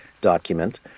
document